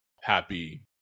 happy